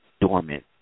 dormant